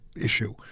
issue